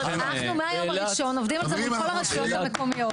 אנחנו מהיום הראשון עובדים מול כל הרשויות המקומיות,